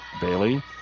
Bailey